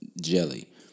jelly